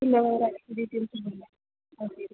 ഇല്ല വേറെ ഡീറ്റേൽസ് ഒന്നുമില്ല ഓക്കെ